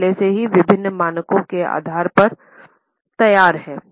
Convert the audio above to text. वो पहले से ही विभिन्न मानकों के आधार पर तैयार हैं